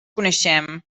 coneixem